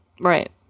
right